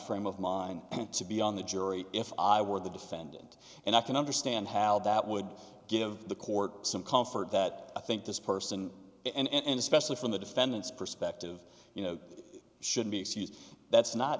frame of mind to be on the jury if i were the defendant and i can understand how that would give the court some comfort that i think this person and especially from the defendant's perspective you know should be excused that's not